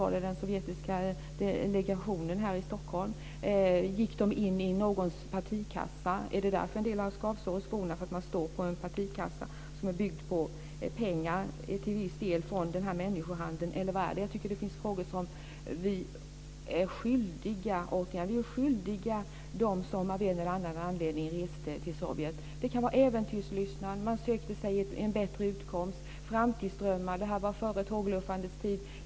Var det från den sovjetiska legationen här i Stockholm? Gick de in i någons partikassa? Är det därför en del har skavsår i skorna, eftersom de står på en partikassa som till viss del är byggd på pengar från den här människohandeln, eller vad är det? Jag tycker att det finns frågor som vi är skyldiga dem som av en eller annan anledning reste till Sovjet att besvara. Det kan ha varit äventyrslystnad eller att de sökte sig en bättre utkomst. Det kan ha varit framtidsdrömmar. Det här var före tågluffandets tid.